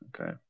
Okay